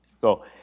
go